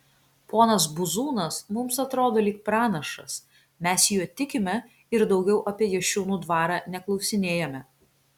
ponas buzūnas mums atrodo lyg pranašas mes juo tikime ir daugiau apie jašiūnų dvarą neklausinėjame